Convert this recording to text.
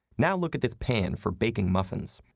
now look at this pan for baking muffins.